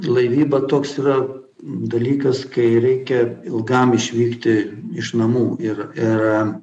laivyba toks yra dalykas kai reikia ilgam išvykti iš namų ir ir